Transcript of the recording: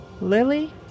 Lily